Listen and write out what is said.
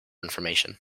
information